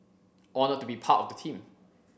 honoured to be part of the team